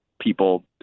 people